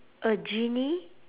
a genie